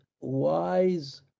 wise